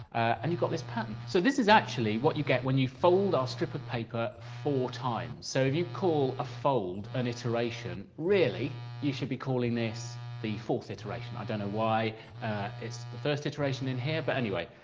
and you've got this pattern. so this is actually what you get when you fold our strip of paper four times. so if you call a fold an iteration, really you should be calling this the fourth iteration. i don't know why it's the first iteration in here, but anyway.